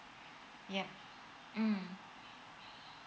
yup mm